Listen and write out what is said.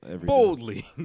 boldly